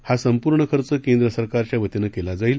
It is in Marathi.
या संपूर्ण खर्च केंद्र सरकारच्या वतीनं केला जाईल